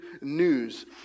news